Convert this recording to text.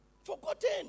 forgotten